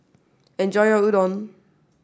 enjoy your Udon